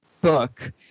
book